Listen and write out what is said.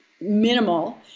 minimal